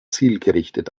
zielgerichtet